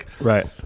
Right